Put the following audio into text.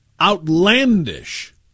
outlandish